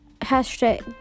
hashtag